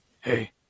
hey